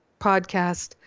podcast